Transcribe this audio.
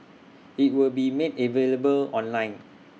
IT will be made available online